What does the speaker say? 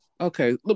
Okay